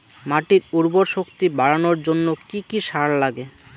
মাটির উর্বর শক্তি বাড়ানোর জন্য কি কি সার লাগে?